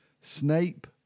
snape